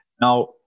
now